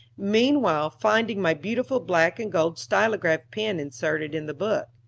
meanwhile, finding my beautiful black and gold stylograph pen inserted in the book,